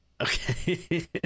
Okay